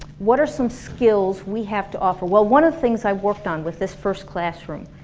what are some skills we have to offer? well one of the things i worked on with this first classroom